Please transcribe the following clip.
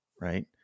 right